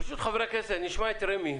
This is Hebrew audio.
ברשות חברי הכנסת נשמע את רמ"י,